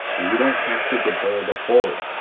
we don't have to deburr the hole,